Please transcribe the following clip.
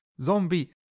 zombie